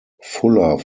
fuller